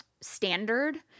standard